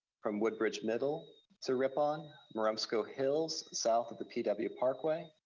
from woodbridge middle to rippon, marumsco hills, south of the pw ah pw parkway,